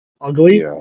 ugly